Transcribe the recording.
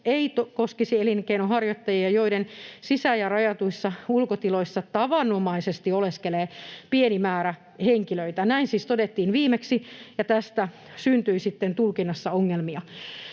ei koskisi elinkeinonharjoittajia, joiden sisä- tai rajatuissa ulkotiloissa tavanomaisesti oleskelee pieni määrä henkilöitä. Näin siis todettiin viimeksi, ja tästä syntyi sitten tulkinnassa ongelmia.